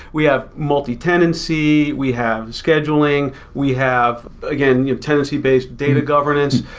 we have multi-tenancy, we have scheduling, we have again, tendency-based data governance,